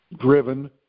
driven